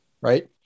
right